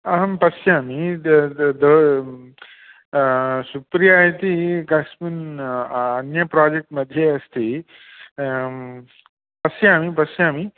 अहं पश्यामि सुप्रिया इति कस्मिन् अन्य प्राजेक्ट् मध्ये अस्ति पश्यामि पश्यामि